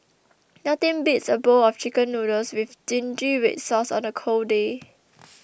nothing beats a bowl of Chicken Noodles with Zingy Red Sauce on a cold day